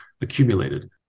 accumulated